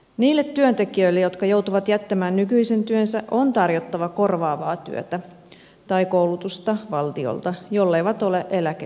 niille työntekijöille jotka joutuvat jättämään nykyisen työnsä on tarjottava korvaavaa työtä tai koulutusta valtiolta jolleivät he ole eläkeiässä